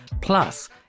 Plus